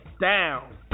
down